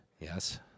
Yes